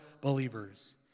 believers